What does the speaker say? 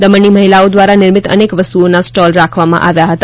દમણની મહિલાઓ દ્રારા નિર્મિત અનેક વસ્તુઓના સ્ટોલ રાખવામાં આવ્યા હતા